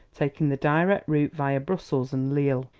taking the direct route via brussels and lille.